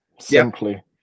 simply